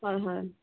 হয় হয়